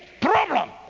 problem